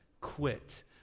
quit